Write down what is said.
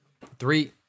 Three